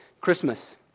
Christmas